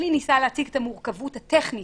אלי ניסה להציג את המורכבות הטכנית,